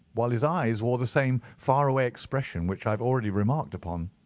while his eyes wore the same far-away expression which i have already remarked upon.